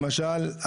למשל,